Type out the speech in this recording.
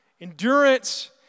Endurance